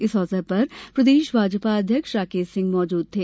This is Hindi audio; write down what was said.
इस अवसर पर प्रदेश भाजपा अध्यक्ष राकेश सिंह मौजूद थे